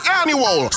annual